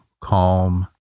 calm